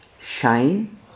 shine